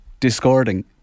discording